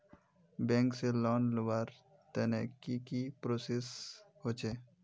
Bank से loan लुबार तने की की प्रोसेस होचे?